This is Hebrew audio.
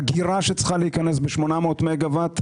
אגירה שצריכה להיכנס ב-800 מגה-ואט,